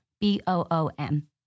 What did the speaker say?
B-O-O-M